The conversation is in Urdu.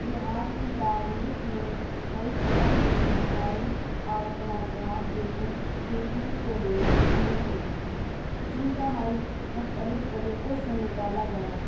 بہار کی تاریخ میں کئی طرح کے مسائل اور تنازعات دیکھ دیکھنے کو ملا ملے ہیں جن کا حل مختلف طریقوں سے نکالا گیا